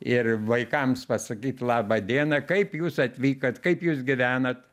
ir vaikams pasakyt laba diena kaip jūs atvykot kaip jūs gyvenat